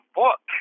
book